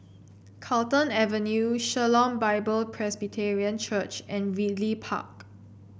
Carlton Avenue Shalom Bible Presbyterian Church and Ridley Park